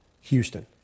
Houston